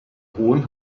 hohen